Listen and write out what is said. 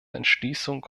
entschließung